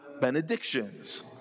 benedictions